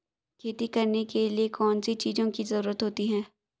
खेती करने के लिए कौनसी चीज़ों की ज़रूरत होती हैं?